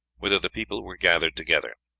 whither the people were gathered together.